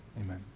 Amen